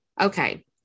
Okay